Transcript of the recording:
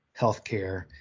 healthcare